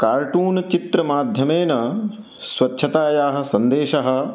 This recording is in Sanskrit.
कार्टून् चित्रमाध्यमेन स्वच्छतायाः सन्देशः